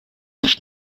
nicht